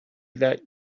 that